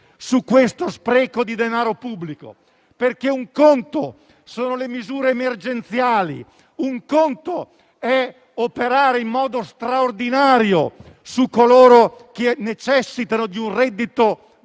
su questo spreco di denaro pubblico. Un conto infatti sono le misure emergenziali, un conto è operare in modo straordinario su coloro che necessitano di un reddito di